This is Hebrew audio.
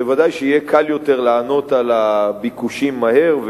ודאי שיהיה קל יותר לענות על הביקושים מהר,